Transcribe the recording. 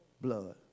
blood